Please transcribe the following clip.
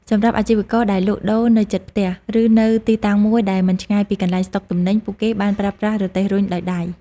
សម្រាប់អាជីវករដែលលក់ដូរនៅជិតផ្ទះ ឬនៅទីតាំងមួយដែលមិនឆ្ងាយពីកន្លែងស្តុកទំនិញ ពួកគេបានប្រើប្រាស់រទេះរុញដោយដៃ។